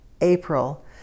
April